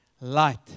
light